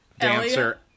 Dancer